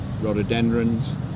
rhododendrons